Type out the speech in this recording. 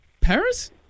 Paris